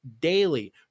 daily